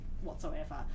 whatsoever